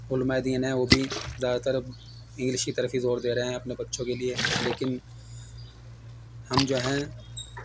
علماء دین ہے وہ بھی زیادہ ترب انگلش کی طرفی زور دے رہے ہیں اپنے بچوں کے لیے لیکن ہم جو ہیں